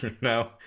no